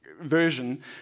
version